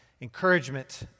encouragement